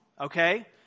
okay